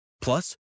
Plus